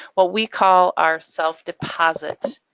what we call, our self deposit